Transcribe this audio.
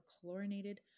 chlorinated